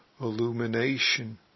illumination